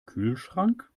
kühlschrank